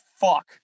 fuck